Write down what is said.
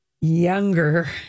younger